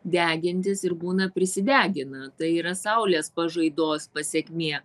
degintis ir būna prisidegina tai yra saulės pažaidos pasekmė